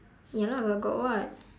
ya lah but got what